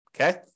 Okay